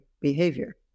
behavior